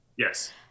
Yes